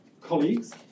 colleagues